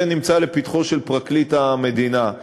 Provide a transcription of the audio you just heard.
זה מונח לפתחו של פרקליט המדינה.